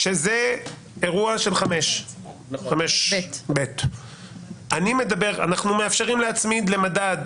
שזה האירוע של 5ב. אנחנו מאפשרים להצמיד למדד